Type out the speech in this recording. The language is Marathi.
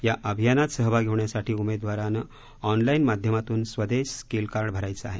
या अभियानात सहभागी होण्यासाठी उमेदवारानं ऑनलाईन माध्यमातून स्वदेस स्किल कार्ड भरायचं आहे